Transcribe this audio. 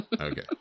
Okay